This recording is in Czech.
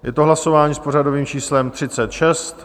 Je to hlasování s pořadovým číslem 36.